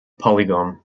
polygon